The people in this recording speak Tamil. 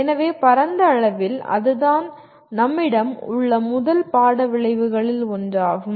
எனவே பரந்த அளவில் அதுதான் நம்மிடம் உள்ள முதல் பாட விளைவுகளில் ஒன்றாகும்